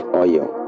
oil